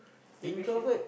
the question